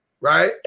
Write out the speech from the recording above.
right